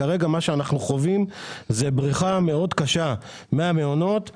כרגע מה שאנחנו חווים זה בריחה מאוד קשה מהמעונות לסייעות.